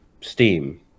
Steam